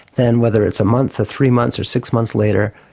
then whether it's a month or three months or six months later,